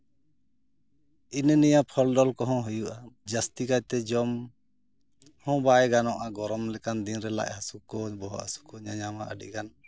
ᱦᱤᱱᱟᱹ ᱱᱤᱭᱟᱹ ᱯᱷᱚᱞ ᱰᱚᱞ ᱠᱚᱦᱚᱸ ᱦᱩᱭᱩᱜᱼᱟ ᱡᱟᱹᱥᱛᱤ ᱠᱟᱭᱛᱮ ᱡᱚᱢᱦᱚᱸ ᱵᱟᱭ ᱜᱟᱱᱚᱜᱼᱟ ᱜᱚᱨᱚᱢ ᱞᱮᱠᱟᱱ ᱫᱤᱱᱨᱮ ᱞᱟᱡ ᱦᱟᱹᱥᱩ ᱠᱚ ᱵᱚᱦᱚᱜ ᱦᱟᱹᱥᱩ ᱠᱚ ᱧᱟᱧᱟᱢᱟ ᱟᱹᱰᱤᱜᱟᱱ